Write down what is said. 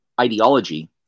ideology